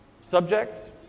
subjects